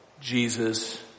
Jesus